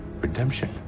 redemption